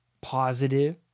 positive